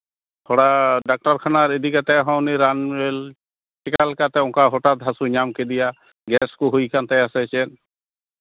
ᱛᱷᱚᱲᱟ ᱰᱟᱠᱛᱟᱨ ᱠᱷᱟᱱᱟ ᱨᱮ ᱤᱫᱤ ᱠᱟᱛᱮᱫ ᱦᱚᱸ ᱩᱱᱤ ᱨᱟᱱ ᱢᱮᱞ ᱪᱤᱠᱟᱹ ᱞᱮᱠᱟᱛᱮ ᱦᱚᱴᱟᱛ ᱦᱟᱹᱥᱩ ᱧᱟᱢ ᱠᱮᱫᱮᱭᱟ ᱜᱮᱥ ᱠᱚ ᱦᱩᱭ ᱟᱠᱟᱱ ᱛᱟᱭᱟ ᱥᱮ ᱪᱮᱫ